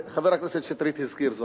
חבר הכנסת שטרית הזכיר זאת.